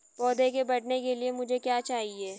पौधे के बढ़ने के लिए मुझे क्या चाहिए?